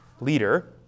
leader